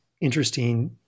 interesting